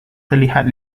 terlihat